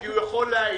כי הוא יכול להעיד.